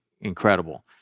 incredible